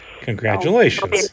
Congratulations